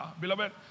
Beloved